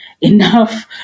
enough